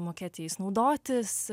mokėti jais naudotis